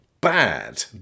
bad